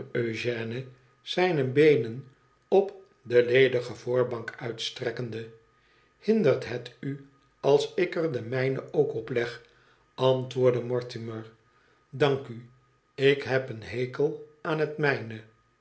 zijne beenen op de ledige voorbank uitstrekkende hindert het u als ik er de mijne ook op leg antwoordde mortimer idank u ik heb een hekel aan het mijne